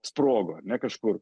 sprogo ar ne kažkur